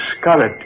Scarlet